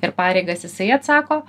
ir pareigas jisai atsako